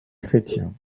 chrétien